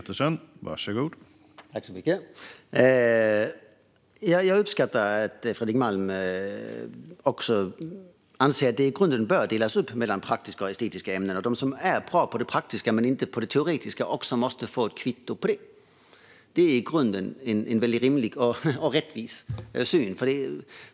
Herr talman! Jag uppskattar att även Fredrik Malm anser att de som är bra på det praktiska men inte på det teoretiska också måste få ett kvitto på detta. Det är i grunden en väldigt rimlig och rättvis syn.